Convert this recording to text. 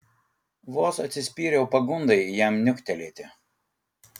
vos atsispyriau pagundai jam niuktelėti